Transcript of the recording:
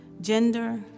Gender